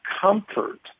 comfort